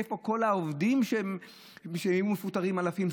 איפה כל העובדים שהיו מפוטרים, אלפים?